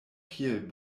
kiel